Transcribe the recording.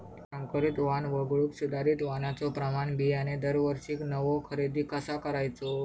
संकरित वाण वगळुक सुधारित वाणाचो प्रमाण बियाणे दरवर्षीक नवो खरेदी कसा करायचो?